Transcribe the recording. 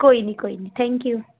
ਕੋਈ ਨਹੀਂ ਕੋਈ ਨਹੀਂ ਥੈਂਕ ਯੂ